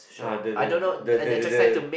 ah the the the the the the